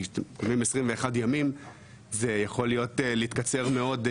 אם אומרים 21 ימים זה יכול להיות להתקצר מאוד,